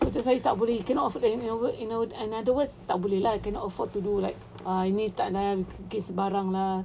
so macam saya tak boleh cannot afford in another words tak boleh lah cannot afford to do like uh ini bikin sembarang